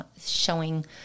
showing